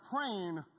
praying